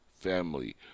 family